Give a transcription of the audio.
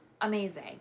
Amazing